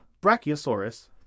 Brachiosaurus